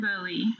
Bowie